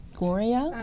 Gloria